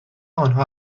انها